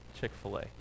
Chick-fil-A